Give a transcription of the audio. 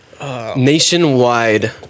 Nationwide